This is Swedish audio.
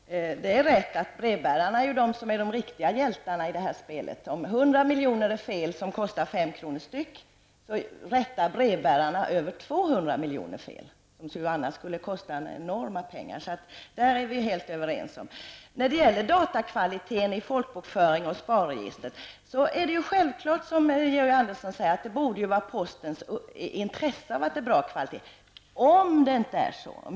Fru talman! Det är rätt att brevbärarna är de riktiga hjältarna i det här spelet. Om 100 miljoner adresser är fel, vilka kostar 5 kr. styck, rättar brevbärarna över 200 miljoner fel, som annars skulle kosta enorma pengar. Det är vi helt överens om. Det är, som Georg Andersson säger, självklart att det borde vara i postens intresse att det är bra datakvalitet i folkbokföringen och SPAR-registret. Men tänk om det inte är så.